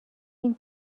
این